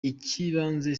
icy’ibanze